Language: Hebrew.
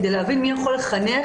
כדי להבין מי יכול לחנך,